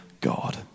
God